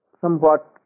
somewhat